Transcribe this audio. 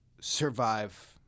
survive